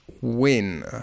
win